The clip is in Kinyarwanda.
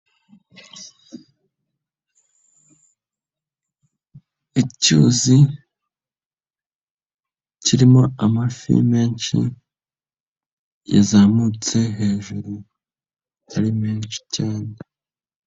Icyuzi, kirimo amafi menshi, yazamutse hejuru, ari menshi cyane.